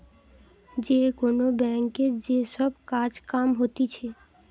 যে কোন ব্যাংকে যে সব কাজ কাম হতিছে